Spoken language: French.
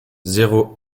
zéro